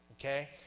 Okay